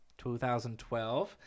2012